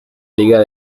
liga